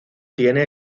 tiene